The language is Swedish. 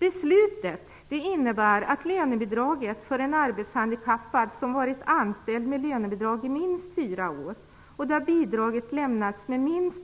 Beslutet innebär att lönebidraget för en arbetshandikappad, som varit anställd med lönebidrag under minst fyra år och som fått bidrag om minst